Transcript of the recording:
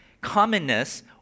commonness